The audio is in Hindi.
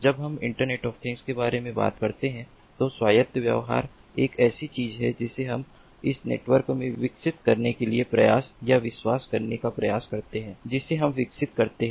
जब हम इंटरनेट ऑफ थिंग्स के बारे में बात कर रहे हैं तो स्वायत्त व्यवहार एक ऐसी चीज है जिसे हम इस नेटवर्क में विकसित करने के लिए प्रयास या विश्वास करने का प्रयास करते हैं जिसे हम विकसित करते हैं